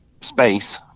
space